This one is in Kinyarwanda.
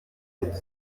inc